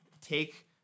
take